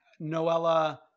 Noella